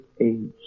age